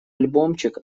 альбомчик